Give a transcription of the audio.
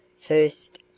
first